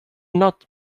not